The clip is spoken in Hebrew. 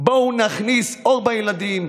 בואו נכניס אור בילדים,